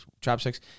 chopsticks